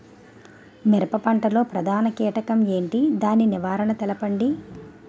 మిరప పంట లో ప్రధాన కీటకం ఏంటి? దాని నివారణ తెలపండి?